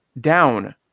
down